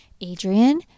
Adrian